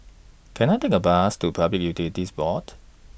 Can I Take A Bus to Public Utilities Board